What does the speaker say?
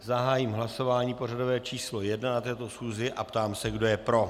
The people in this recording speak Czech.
Zahájím hlasování pořadové číslo 1 na této schůzi a ptám se, kdo je pro.